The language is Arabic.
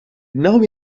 إنهم